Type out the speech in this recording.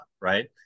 Right